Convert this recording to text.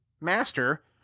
Master